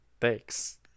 Thanks